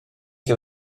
che